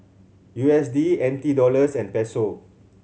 U S D N T Dollars and Peso